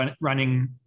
running